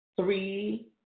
three